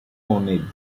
need